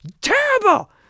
terrible